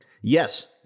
Yes